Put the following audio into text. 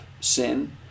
sin